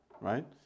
Right